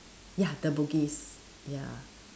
ya the Bugis ya